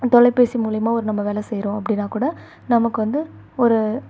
தொலைபேசி மூலயமா ஒரு நம்ம வேலை செய்கிறோம் அப்படின்னா கூட நமக்கு வந்து ஒரு